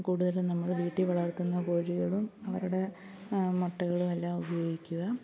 കൂടുതലും നമ്മൾ വീട്ടിൽ വളർത്തുന്ന കോഴികളും അവരുടെ മുട്ടകളും എല്ലാം ഉപയോഗിക്കുക